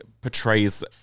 portrays